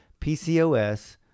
PCOS